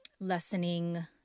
lessening